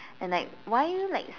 and like why are you like